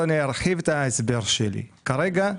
כרגע,